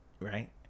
Right